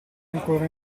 ancora